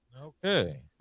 Okay